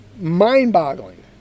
mind-boggling